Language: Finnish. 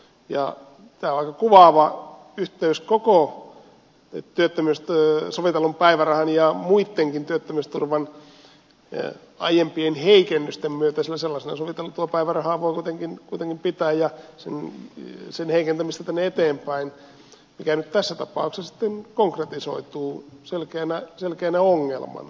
ja tämä on aika kuvaava yhteys sovitellun päivärahan ja muittenkin työttömyysturvan aiempien heikennysten myötä sillä sellaisena soviteltua päivärahaa ja sen heikentämistä tänne eteenpäin voi kuitenkin pitää ja se nyt tässä tapauksessa konkretisoituu selkeänä ongelmana